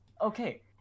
okay